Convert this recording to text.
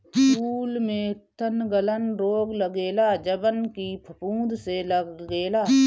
फूल में तनगलन रोग लगेला जवन की फफूंद से लागेला